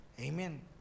amen